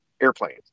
airplanes